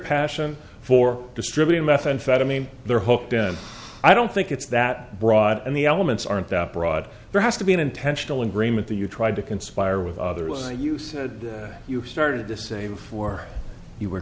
passion for distributing methamphetamine they're hooked in i don't think it's that broad and the elements aren't that broad there has to be an intentional agreement that you tried to conspire with others and you said you started to say before you were